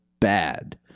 bad